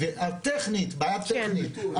אז טכנית, בעיה טכנית.